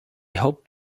hope